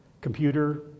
computer